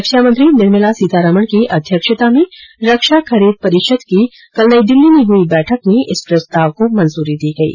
रक्षा मंत्री निर्मला सीतारमण की अध्यक्षता में रक्षा खरीद परिषद की कल नई दिल्ली में हुई बैठक में इस प्रस्ताव को मंजूरी दी गयी